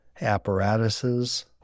Apparatuses